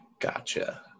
Gotcha